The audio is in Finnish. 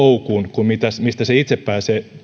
kuin mistä se itse pääsee